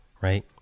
right